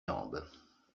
jambes